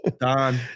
Don